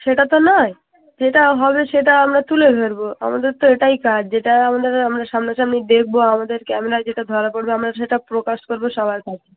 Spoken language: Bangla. সেটা তো নয় যেটা হবে সেটা আমরা তুলে ধরবো আমাদের তো এটাই কাজ যেটা আমাদের আমরা সামনা সামনি দেখবো আমাদের ক্যামেরায় যেটা ধরা পড়বে আমরা সেটা প্রকাশ করবো সবার কাছে